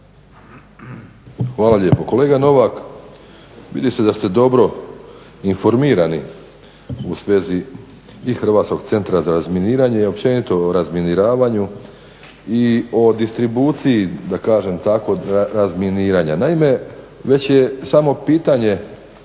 Hvala lijepo. Kolega Novak, vidi se da ste dobro informirani u svezi i Hrvatskog centra za razminiranje i općenito o razminiravanju i o distribuciji da kažem tako razminiranja. Naime, već je samo pitanje